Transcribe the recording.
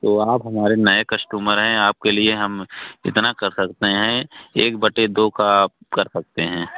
तो आप हमारे नए कस्टमर हैं आपके लिए हम इतना कर सकते हैं एक बटे दो का कर सकते हैं